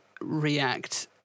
react